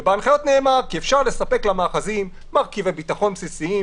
בהנחיות נאמר כי אפשר לספק למאחזים מרכיבי ביטחון בסיסיים